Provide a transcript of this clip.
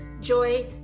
joy